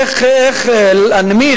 איך להנמיך,